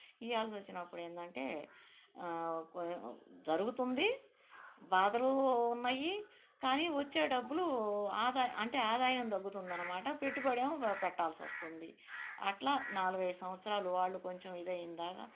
ఇవ్వాల్సి వచ్చినప్పుడు ఏంటంటే జరుగుతుంది బాధలు ఉన్నాయి కాని వచ్చే డబ్బులు ఆదాయం అంటే ఆదాయం తగ్గుతుంది అనమాట పెట్టుబడేమో పెట్టాల్సి వస్తుంది అట్లా నాలుగు ఐదు సంవత్సరాలు వాళ్ళు కొంచెం ఇది అయ్యిందాకా